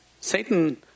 Satan